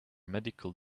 medical